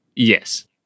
Yes